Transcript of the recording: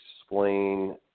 explain